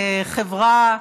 חברה,